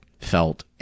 felt